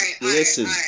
listen